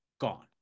Gone